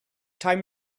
time